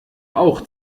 auch